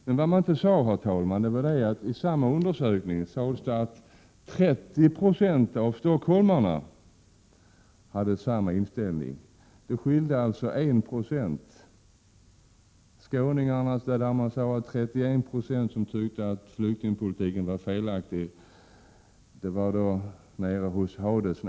Men vad man inte sade, herr talman, var att det av samma undersökning framgick att 30 26 av stockholmarna hade en likadan inställning. Det skilde alltså på en procent. Att 31 20 av skåningarna tyckte att flyktingpolitiken var felaktig, var alltså åt Hades.